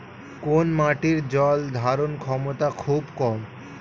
কোন মাটির জল ধারণ ক্ষমতা খুব কম?